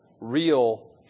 real